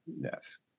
yes